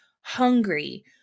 hungry